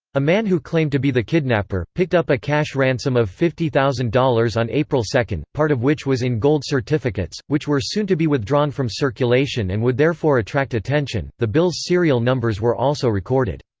a man who claimed to be the kidnapper, picked up a cash ransom of fifty thousand dollars on april two, part of which was in gold certificates, which were soon to be withdrawn from circulation and would therefore attract attention the bills' serial numbers were also recorded.